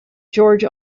george